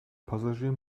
passagier